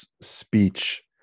speech